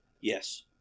Yes